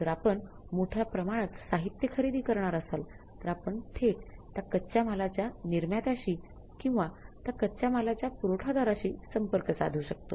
जर आपण मोठ्या प्रमाणात साहित्य खरेदी करणार असाल तर आपण थेट त्या कच्च्या मालाच्या निर्मात्याशी किंवा त्या कच्च्या मालाच्या पुरवठादाराशी संपर्क साधू शकतो